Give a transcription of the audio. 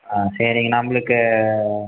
ஆ சரிங்க நம்மளுக்கு